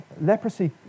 leprosy